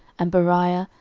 and bariah,